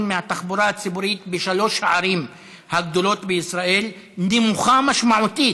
מהתחבורה הציבורית בשלוש הערים הגדולות בישראל נמוכה משמעותית